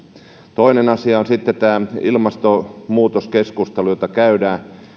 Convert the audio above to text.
toinen asia on sitten tämä ilmastonmuutoskeskustelu jota käydään